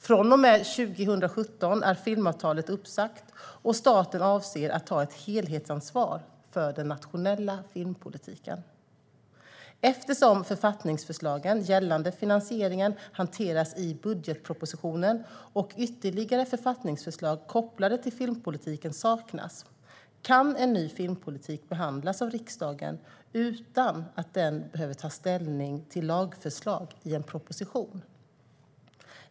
Från och med 2017 är filmavtalet uppsagt, och staten avser att ta ett helhetsansvar för den nationella filmpolitiken. Eftersom författningsförslagen gällande finansieringen hanteras i budgetpropositionen och ytterligare författningsförslag kopplade till filmpolitiken saknas kan en ny filmpolitik behandlas av riksdagen utan att den behöver ta ställning till lagförslag i en proposition.